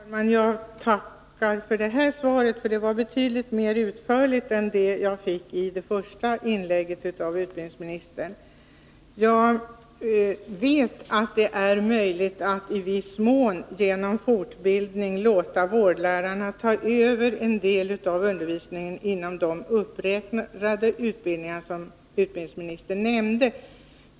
Herr talman! Jag tackar för detta svar — det var betydligt mer utförligt än det jag fick i utbildningsministerns första inlägg. Jag vet att det i viss mån är möjligt att genom fortbildning låta vårdlärarna ta över en del av undervisningen inom de utbildningar som utbildningsministern nämnde.